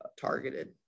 targeted